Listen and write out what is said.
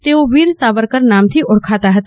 તેઓ વીર સાવરકર નામથી ઓળખાતા હતા